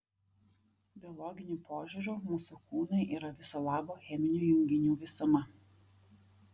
biologiniu požiūriu mūsų kūnai yra viso labo cheminių junginių visuma